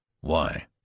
Why